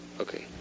Okay